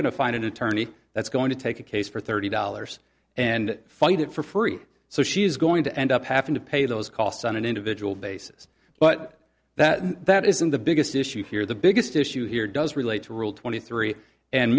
to find a new turn that's going to take a case for thirty dollars and fight it for free so she's going to end up having to pay those costs on an individual basis but that that isn't the biggest issue here the biggest issue here does relate to rule twenty three and